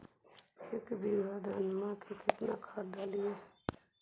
एक बीघा धन्मा में केतना खाद डालिए?